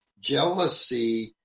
Jealousy